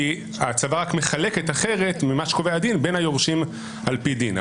כי הצוואה רק מחלקת אחרת ממה שקובע הדין בין היורשים על-פי דין.